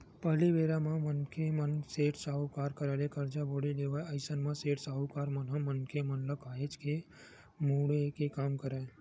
पहिली बेरा म मनखे मन सेठ, साहूकार करा ले करजा बोड़ी लेवय अइसन म सेठ, साहूकार मन ह मनखे मन ल काहेच के मुड़े के काम करय